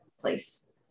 place